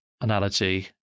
analogy